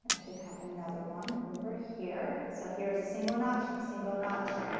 and should have another one over here, so here's a single notch, single notch.